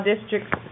District